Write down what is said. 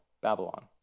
Babylon